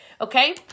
Okay